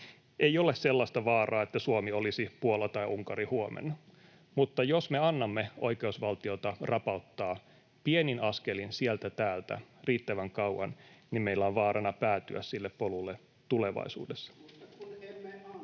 Ei ole sellaista vaaraa, että Suomi olisi Puola tai Unkari huomenna, mutta jos me annamme oikeusvaltiota rapauttaa pienin askelin sieltä täältä riittävän kauan, niin meillä on vaarana päätyä sille polulle tulevaisuudessa. [Ben